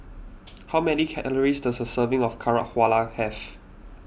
how many calories does a serving of Carrot have